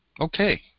Okay